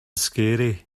scary